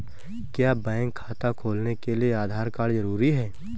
क्या बैंक खाता खोलने के लिए आधार कार्ड जरूरी है?